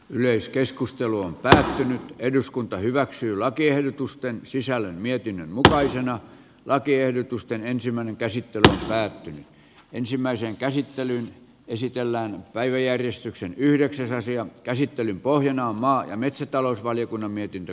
yleiskeskusteluun pähkinä eduskunta hyväksyy lakiehdotusten sisällön mietin vakinaisena lakiehdotusten ensimmäinen käsittely päättyi ensimmäiseen käsittelyyn esitellään päiväjärjestyksen yhdeksäs asian käsittelyn pohjana on maa ja metsätalousvaliokunnan mietintö